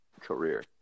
career